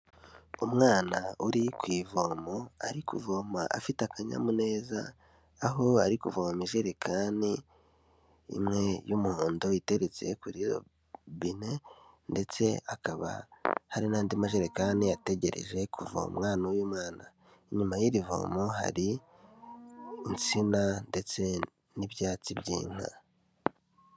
Umwana uri ku ivomo ari kuvoma afite akanyamuneza, aho ari kuvoma ijerekani imwe y'umuhondo iteretse kuri robine, ndetse hakaba hari n'andi majerekani ategereje kuvomwa n'uyu mwana. Inyuma y'irivomo hari insina ndetse n'ibyatsi by'inka.